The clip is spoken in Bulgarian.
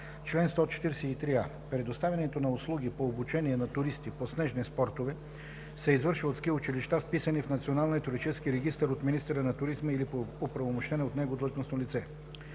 Чл. 143а. Предоставянето на услуги по обучение на туристи по снежни спортове се извършва от ски училища, вписани в Националния туристически регистър от министъра на туризма или оправомощено от него длъжностно лице.